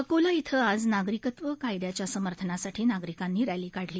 अकोला इथं आज नागरिकत्व कार्यदयाच्या समर्थनासाठी नागरिकांनी रॅली काढली